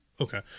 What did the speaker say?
Okay